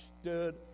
stood